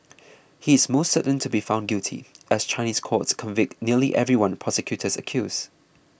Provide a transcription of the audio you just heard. he is almost certain to be found guilty as Chinese courts convict nearly everyone prosecutors accuse